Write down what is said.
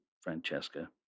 Francesca